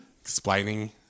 explaining